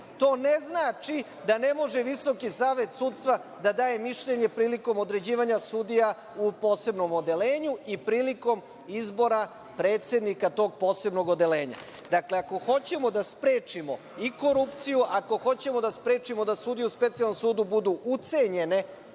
To ne znači da ne može Visoki savet sudstva da daje mišljenje prilikom određivanja sudija u posebnom odeljenju i prilikom izbora predsednika tog posebnog odeljenja. Dakle, ako hoćemo da sprečimo i korupciju, ako hoćemo da sprečimo da sudije u Specijalnom sudu budu ucenjene,